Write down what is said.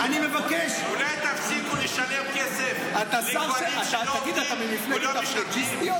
אני מבקש -- אולי תפסיקו לשלם כסף לגברים שלא עובדים או לא משרתים?